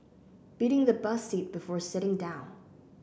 beating the bus seat before sitting down